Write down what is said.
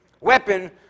weapon